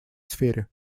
сфере